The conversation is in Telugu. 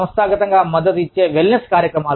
సంస్థాగతంగా మద్దతు ఇచ్చే వెల్నెస్ కార్యక్రమాలు